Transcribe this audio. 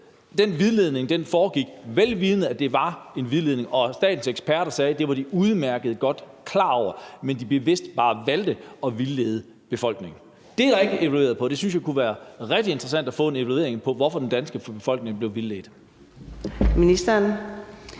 den vildledning foregik, vel vidende at det var en vildledning. Og statens eksperter sagde, at det var de udmærket godt klar over, men at de bevidst bare valgte at vildlede befolkningen. Det er der ikke blevet evalueret på, og jeg synes, det kunne være rigtig interessant at få en evaluering på, hvorfor den danske befolkning blev vildledt. Kl.